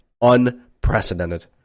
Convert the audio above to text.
unprecedented